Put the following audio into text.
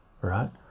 right